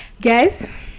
Guys